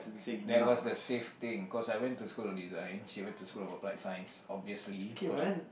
that was the safe thing cause I went to school of design she went to school of applied science obviously cause